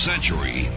century